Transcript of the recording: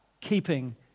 keeping